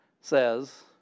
says